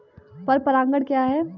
पर परागण क्या है?